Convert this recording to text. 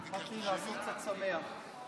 באתי לעשות קצת שמח.